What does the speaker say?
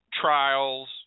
trials